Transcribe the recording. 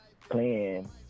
playing